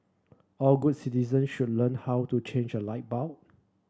all good citizen should learn how to change a light bulb